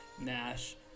Nash